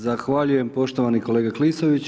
Zahvaljujem poštovani kolega Klisović.